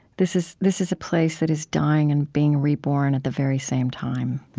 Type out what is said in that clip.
this is this is a place that is dying and being reborn at the very same time,